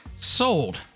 sold